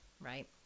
right